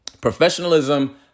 Professionalism